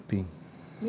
what overlapping